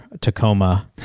Tacoma